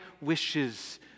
wishes